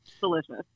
Delicious